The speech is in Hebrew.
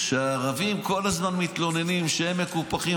שהערבים כל הזמן מתלוננים שהם מקופחים,